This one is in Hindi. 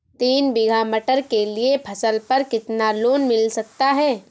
तीन बीघा मटर के लिए फसल पर कितना लोन मिल सकता है?